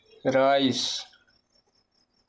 rice